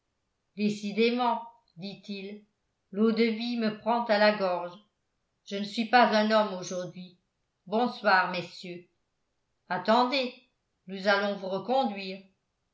décidément dit-il l'eau-de-vie me prend à la gorge je ne suis pas un homme aujourd'hui bonsoir messieurs attendez nous allons vous reconduire